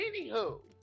Anywho